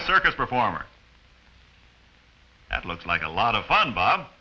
a circus performer that looks like a lot of fun bob